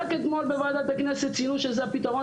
רק אתמול בוועדת הכנסת ציינו שזה הפתרון